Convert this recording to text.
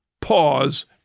pause